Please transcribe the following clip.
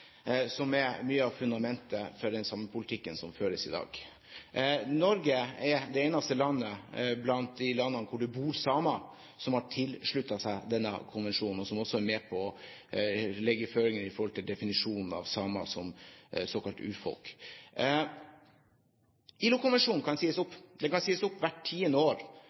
som er mye av fundamentet for den samepolitikken som føres i dag. Norge er det eneste landet blant de landene hvor det bor samer, som er tilsluttet denne konvensjonen, og som også er med på å legge føringer for definisjonen av samer som såkalt urfolk. ILO-konvensjonen kan sies opp. Den kan sies opp hvert tiende år.